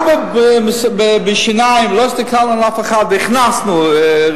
גם בשיניים לא הסתכלנו על אף אחד והכנסנו רפורמה,